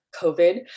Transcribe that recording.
COVID